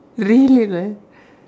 really right